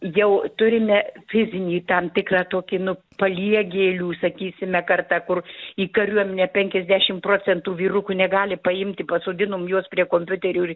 jau turime fizinį tam tikrą tokį nu paliegėlių sakysime kartą kur į kariuomenę penkiasdešimt procentų vyrukų negali paimti pasodinom juos prie kompiuterių ir